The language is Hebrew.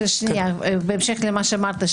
בהמשך למה שאמרת,